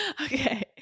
Okay